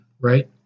right